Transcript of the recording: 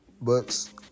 books